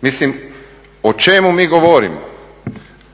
Mislim, o čemu mi govorimo?